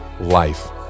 life